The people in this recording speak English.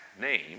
name